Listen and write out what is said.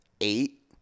eight